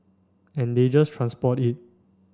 and they just transport it